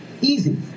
easy